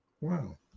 wow